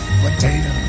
potato